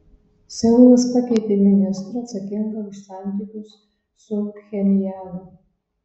seulas pakeitė ministrą atsakingą už santykius su pchenjanu